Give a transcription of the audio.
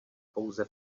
pouze